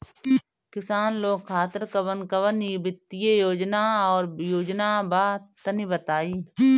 किसान लोग खातिर कवन कवन वित्तीय सहायता और योजना बा तनि बताई?